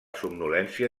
somnolència